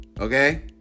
okay